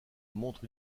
montre